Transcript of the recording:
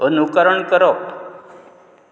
अनुकरण करप